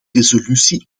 resolutie